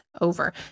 over